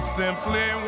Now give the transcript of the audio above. simply